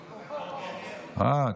אה,